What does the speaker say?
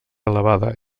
elevada